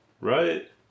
Right